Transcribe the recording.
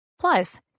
plus